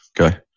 okay